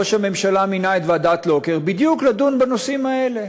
ראש הממשלה מינה את ועדת לוקר לדון בדיוק בנושאים האלה,